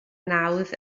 nawdd